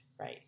Right